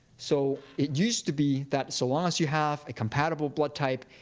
so it used to be that, so long as you have a compatible blood type,